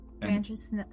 Branches